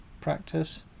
practice